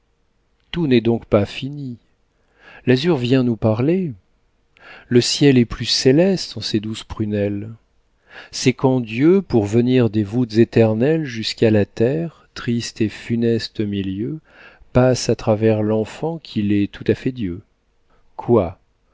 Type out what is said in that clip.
tout n'est donc pas fini l'azur vient nous parler le ciel est plus céleste en ces douces prunelles c'est quand dieu pour venir des voûtes éternelles jusqu'à la terre triste et funeste milieu passe à travers l'enfant qu'il est tout à fait dieu quoi